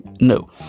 no